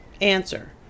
Answer